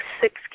six